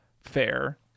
fair